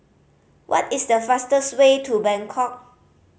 what is the fastest way to Bangkok